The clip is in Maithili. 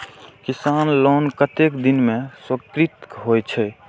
किसान लोन कतेक दिन में स्वीकृत होई छै?